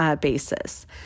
basis